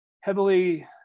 heavily